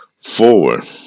forward